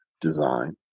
design